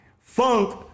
funk